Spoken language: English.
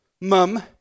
Mum